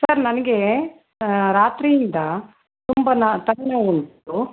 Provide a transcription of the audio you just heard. sir ನನಗೆ ರಾತ್ರಿಯಿಂದ ತುಂಬ ನ ತಲೆನೋವುಂಟು